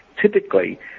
typically